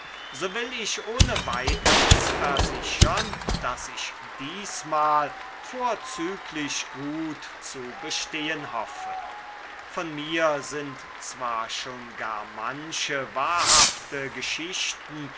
so will ich ohne weiteres versichern daß ich diesmal vorzüglich gut zu bestehen hoffe von mir sind zwar schon gar manche wahrhafte geschichten